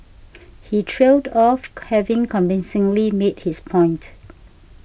he trailed off having convincingly made his point